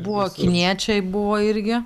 buvo kiniečiai buvo irgi